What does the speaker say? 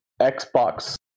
Xbox